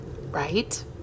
Right